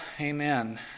amen